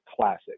classic